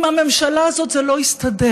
עם הממשלה הזאת זה לא יסתדר.